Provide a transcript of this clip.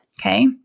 Okay